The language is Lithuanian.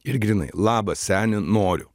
ir grynai labas seni noriu